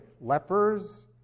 Lepers